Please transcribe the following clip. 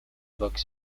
books